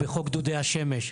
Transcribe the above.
בחוק דודי השמש,